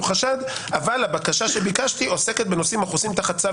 חשד אבל הבקשה שביקשתי עוסקת בנושאים החוסים תחת צו